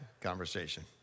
conversation